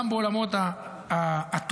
גם בעולמות הטובין,